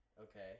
Okay